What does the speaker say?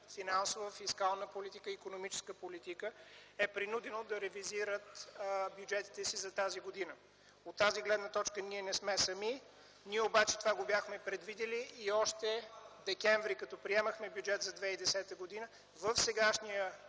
финансова и икономическа политика, е принудено да ревизира бюджета си за тази година. От тази гледна точка ние не сме сами. Ние обаче това го бяхме предвидили и още през месец декември, когато приемахме бюджета за 2010 г., в сегашния